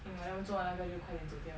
then 我们做完那个就快点走掉